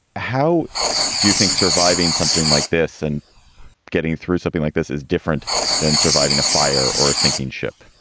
how do you think surviving something like this and getting through something like this is different than surviving a fire or a sinking ship?